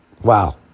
Wow